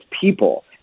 people